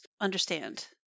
Understand